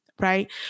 Right